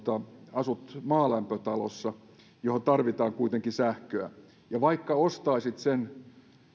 asut maalämpötalossa johon tarvitaan kuitenkin sähköä ja vaikka ostaisit sen